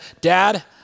Dad